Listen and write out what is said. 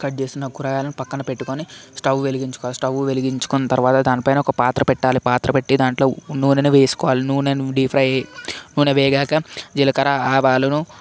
cut చేసిన కూరగాయలను పక్కన పెట్టుకుని స్టవ్ వెలిగించుకోవాలి స్టవ్ వెలిగించుకున్న తర్వాత దానిపై ఒక పాత్ర పెట్టాలి పాత్ర పెట్టి దాంట్లో నూనెను వేసుకోవాలి నూనెను డీప్ ఫ్రై నూనె వేగిగాక జీలకర్ర ఆవాలను